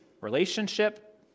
relationship